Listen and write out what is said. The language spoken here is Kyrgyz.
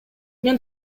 мен